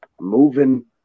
moving